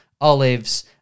olives